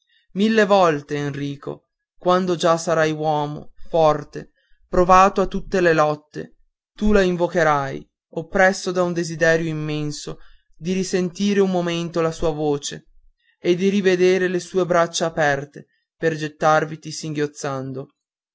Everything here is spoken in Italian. mille volte enrico quando già sarai uomo forte provato a tutte le lotte tu la invocherai oppresso da un desiderio immenso di risentire un momento la sua voce e di rivedere le sue braccia aperte per gettarviti singhiozzando